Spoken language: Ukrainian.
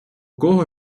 кого